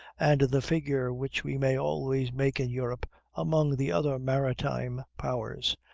and the figure which we may always make in europe among the other maritime powers.